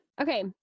Okay